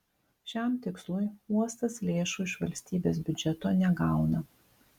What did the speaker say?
šiam tikslui uostas lėšų iš valstybės biudžeto negauna